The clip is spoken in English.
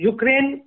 Ukraine